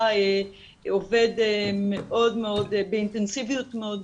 אני כן יכולה להגיד שכעובדים סוציאליים לחוק